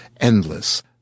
endless